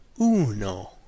uno